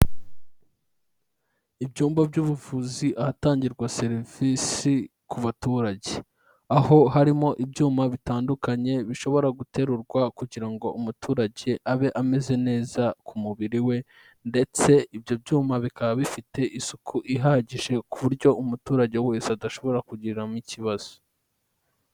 Ibyumba by'ubuvuzi, ahatangirwa serivisi ku baturage, aho harimo ibyuma bitandukanye bishobora guterurwa kugira ngo umuturage abe ameze neza ku mubiri we ndetse ibyo byuma bikaba bifite isuku ihagije ku buryo umuturage wese adashobora kugiriramo ikibazo.